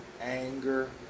anger